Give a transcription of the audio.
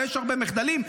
ויש הרבה מחדלים,